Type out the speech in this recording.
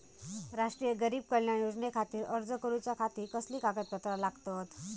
राष्ट्रीय गरीब कल्याण योजनेखातीर अर्ज करूच्या खाती कसली कागदपत्रा लागतत?